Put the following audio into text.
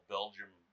Belgium